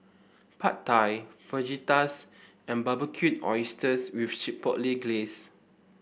Pad Thai Fajitas and Barbecued Oysters with Chipotle Glaze